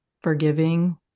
forgiving